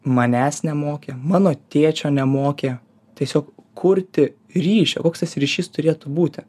manęs nemokė mano tėčio nemokė tiesiog kurti ryšio koks tas ryšys turėtų būti